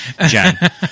Jen